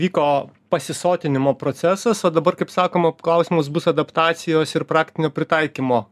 vyko pasisotinimo procesas o dabar kaip sakoma klausimas bus adaptacijos ir praktinio pritaikymo